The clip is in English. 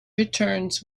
returns